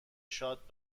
شاد